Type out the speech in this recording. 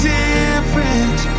different